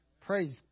Praise